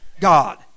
God